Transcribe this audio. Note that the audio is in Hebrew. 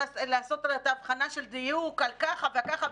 לעשות את ההבחנה של דיוק על ככה ועל ככה,